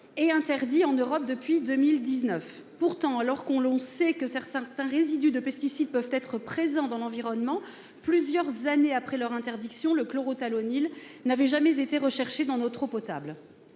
est interdit en Europe depuis 2019. Pourtant, alors que l'on sait que certains résidus de pesticides peuvent être présents dans l'environnement plusieurs années après leur interdiction, le chlorothalonil n'avait jamais été recherché dans notre eau potable.